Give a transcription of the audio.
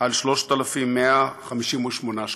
על 3,158 שקלים,